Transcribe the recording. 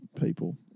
people